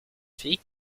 fille